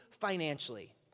financially